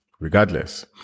Regardless